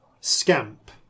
Scamp